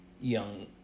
young